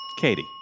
Katie